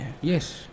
Yes